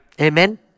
Amen